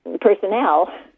personnel